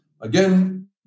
Again